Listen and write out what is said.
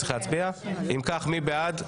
מי בעד?